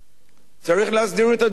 צריך להסדיר את הדברים האלה